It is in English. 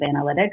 analytics